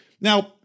Now